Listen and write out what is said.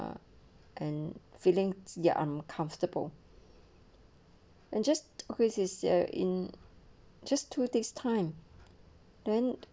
uh and feeling ah uncomfortable and just chris ya in just two takes time don't